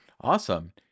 Awesome